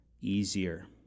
easier